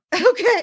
Okay